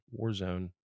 Warzone